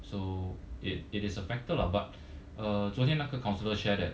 so it it is a factor lah but uh 昨天那个 counsellor share that